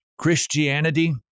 Christianity